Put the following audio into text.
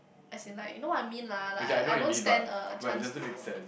as in like you know what I mean lah like I don't stand a chance to